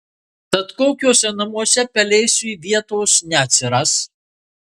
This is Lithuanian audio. tad kokiuose namuose pelėsiui vietos neatsiras